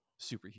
superhero